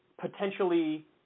potentially